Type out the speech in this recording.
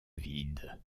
vide